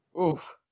oof